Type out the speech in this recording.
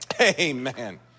Amen